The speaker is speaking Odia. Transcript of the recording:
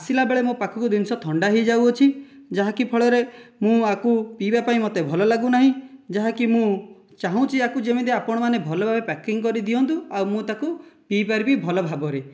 ଆସିଲାବେଳେ ମୋ ପାଖକୁ ଜିନିଷ ଥଣ୍ଡା ହୋଇଯାଉଅଛି ଯାହାକି ଫଳରେ ମୁଁ ୟାକୁ ପିଇବାପାଇଁ ମୋତେ ଭଲ ଲାଗୁନାହିଁ ଯାହାକି ମୁଁ ଚାହୁଁଛି ୟାକୁ ଯେମିତି ଆପଣ ମାନେ ଭଲ ଭାବରେ ପ୍ୟାକିଂ କରି ଦିଅନ୍ତୁ ଆଉ ମୁଁ ତାକୁ ପିଇ ପାରିବି ଭଲ ଭାବରେ